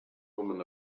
woman